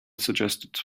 suggested